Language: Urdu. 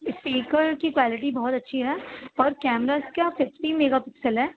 اسپیکر کی کوالٹی بہت اچھی ہے اور کیمرا اس کا ففٹی میگا پکسل ہے